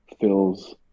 fills